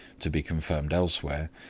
to be confirmed elsewhere,